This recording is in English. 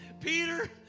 Peter